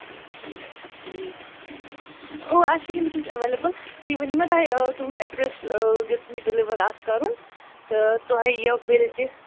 ٹھیٖک چھُ ٹھیٖک اۭں اَسہِ چھِ یِم چیٖز اٮ۪ویلیبٕل تُہۍ ؤنِو مےٚ تۄہہِ تُہُنٛد اٮ۪ڈرَس یوٚتَن یہِ ڈِلِوَر آسہِ کَرُن تہٕ تۄہہِ یِیَو بِلکِس